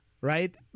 right